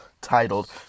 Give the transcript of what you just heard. titled